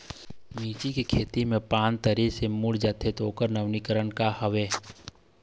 मिर्ची के खेती मा पान तरी से मुड़े जाथे ओकर नवीनीकरण का हवे?